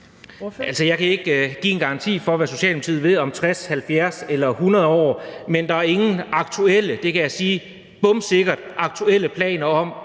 jeg kan ikke give en garanti for, hvad Socialdemokratiet vil om 60, 70 eller 100 år, men der er ingen aktuelle planer – det kan jeg sige bomsikkert – om